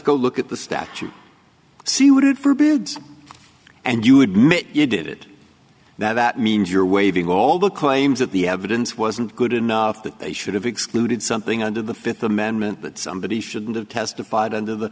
go look at the statute see what did for bids and you admit you did it that means you're waving all the claims that the evidence wasn't good enough that they should have excluded something under the fifth amendment that somebody shouldn't have testified under the